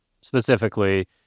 specifically